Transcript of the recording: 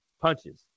punches